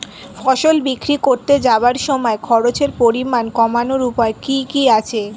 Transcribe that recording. ফসল বিক্রি করতে যাওয়ার সময় খরচের পরিমাণ কমানোর উপায় কি কি আছে?